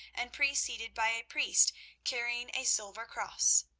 and preceded by a priest carrying a silver cross.